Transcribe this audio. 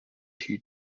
two